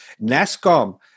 NASCOM